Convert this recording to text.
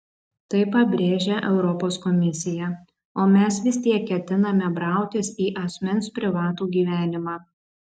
tai pabrėžia europos komisija o mes vis tiek ketiname brautis į asmens privatų gyvenimą